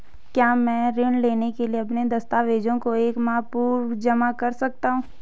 क्या मैं ऋण लेने के लिए अपने दस्तावेज़ों को एक माह पूर्व जमा कर सकता हूँ?